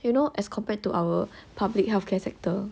you know as compared to our public healthcare sector